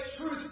truth